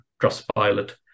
Trustpilot